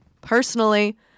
Personally